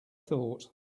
thought